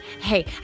hey